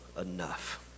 enough